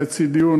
היה אצלי דיון,